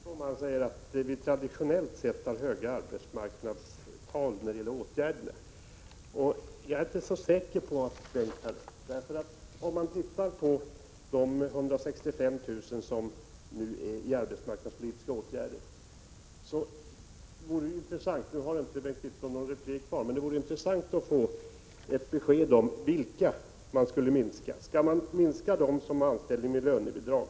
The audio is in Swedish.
Herr talman! Jag skall kommentera talarnas repliker i den ordning de har hållits. Bengt Wittbom säger att många människor traditionellt sett är föremål för arbetsmarknadspolitiska åtgärder. Jag är inte så säker på det. För närvarande rör det sig om 165 000 människor i landet. Nu har inte Bengt Wittbom någon replik kvar, men det vore ändå intressant att få veta vilka av dessa han anser inte skall vara föremål för sådana åtgärder.